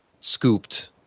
scooped